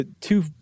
two